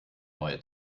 neue